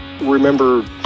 remember